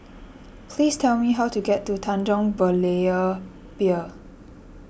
please tell me how to get to Tanjong Berlayer Pier